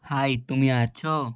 high তুমি আছ